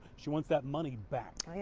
she wants that money back.